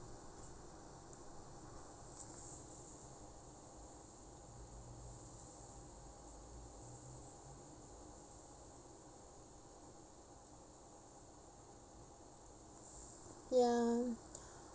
ya